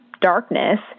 darkness